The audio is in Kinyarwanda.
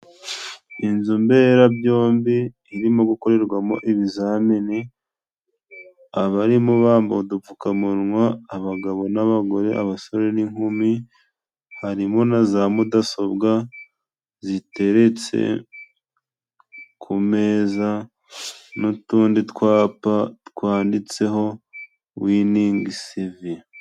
Inzu mberabyombi irimo gukorerwamo ibizamini. Abarimo bambaye udupfukamunwa abagabo n'abagore, abasore n'inkumi. Harimo na za mudasobwa ziteretse ku meza, n'utundi twapa twanditseho winingi sivi.